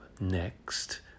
next